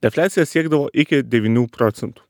defliacija siekdavo iki devynių procentų